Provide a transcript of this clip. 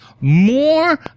more